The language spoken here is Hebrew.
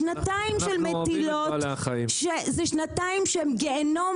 שנתיים של מטילות הן שנתיים של גיהינום,